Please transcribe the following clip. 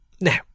Now